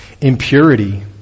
impurity